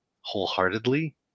wholeheartedly